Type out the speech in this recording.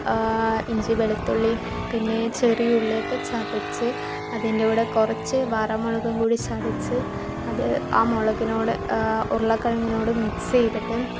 ഇഞ്ചി വെളുത്തുള്ളി പിന്നെ ചെറിയുള്ളി ഒക്കെ ചതച്ച് അതിൻ്റെ കൂടെ കുറച്ച് വറമുളകും കൂടി ചതച്ച് അത് ആ മുളകിനോട് ഉരുളക്കിഴങ്ങിനോട് മിക്സ് ചെയ്തിട്ട്